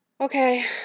Okay